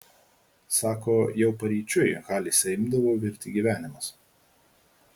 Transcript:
sako jau paryčiui halėse imdavo virti gyvenimas